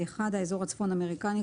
האזור הצפון אמריקני,